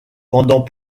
pendant